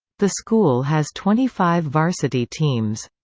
the school has twenty five varsity teams.